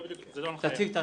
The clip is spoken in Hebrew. שמי רביד,